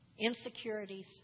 Insecurities